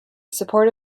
support